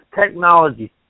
technology